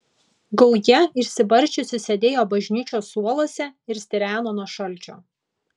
gauja išsibarsčiusi sėdėjo bažnyčios suoluose ir stireno nuo šalčio